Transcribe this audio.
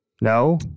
No